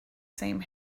same